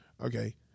Okay